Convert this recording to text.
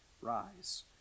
rise